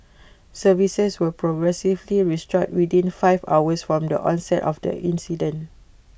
services were progressively restored within five hours from the onset of the incident